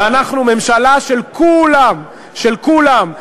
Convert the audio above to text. ואנחנו ממשלה של כולם, של כולם.